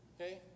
Okay